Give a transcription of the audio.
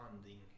funding